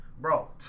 bro